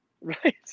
Right